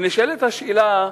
ונשאלת השאלה,